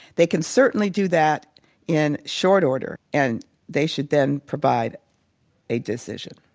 they can certainly do that in short order. and they should then provide a decision.